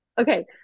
Okay